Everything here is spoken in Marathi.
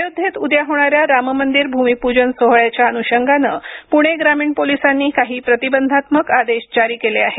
अयोध्येत उद्या होणाऱ्या राममंदिर भूमिपूजन सोहळ्याच्याच्या अनुषंगानं पुणे ग्रामीण पोलिसांनी काही प्रतिबंधात्मक आदेश जारी केले आहेत